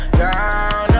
down